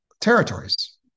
territories